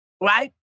right